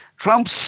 Trump's